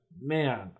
man